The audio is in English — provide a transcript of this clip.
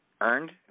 Earned